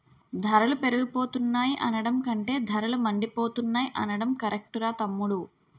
ధరలు పెరిగిపోతున్నాయి అనడం కంటే ధరలు మండిపోతున్నాయ్ అనడం కరెక్టురా తమ్ముడూ